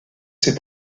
ces